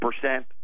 percent